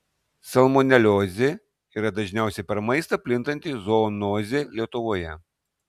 salmoneliozė yra dažniausia per maistą plintanti zoonozė lietuvoje